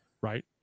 right